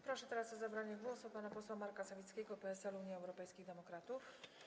Proszę teraz o zabranie głosu pana posła Marka Sawickiego, PSL - Unia Europejskich Demokratów.